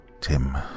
Tim